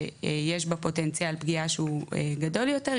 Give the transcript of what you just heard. שיש בה פוטנציאל פגיעה שהוא גדול יותר,